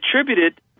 attributed